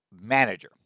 manager